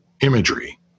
imagery